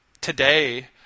Today